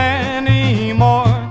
anymore